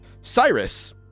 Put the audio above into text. Cyrus